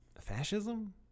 fascism